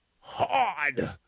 hard